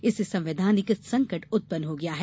इससे संवैधानिक संकट उत्पन्न हो गया है